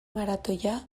maratoia